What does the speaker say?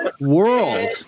World